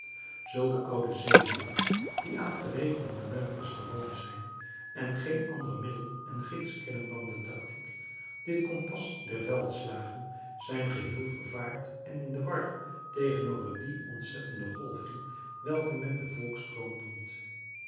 zulke oude zeelieden die aan geregelde manoeuvres gewoon zijn en geen ander middel en gids kennen dan de tactiek dit kompas der veldslagen zijn geheel vervaard en in de war tegenover die ontzettende golving welke men den volkstroom noemt